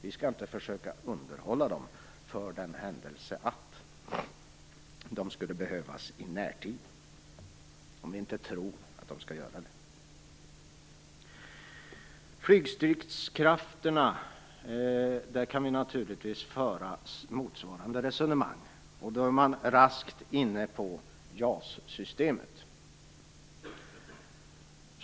Vi skall inte försöka underhålla dem för den händelse att de skulle behövas i närtid, om vi inte tror att de skall göra det. Man kan naturligtvis föra motsvarande resonemang när det gäller flygstridskrafterna, och då är man raskt inne på JAS-systemet.